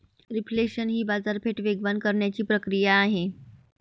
reflation ही बाजारपेठ वेगवान करण्याची प्रक्रिया आहे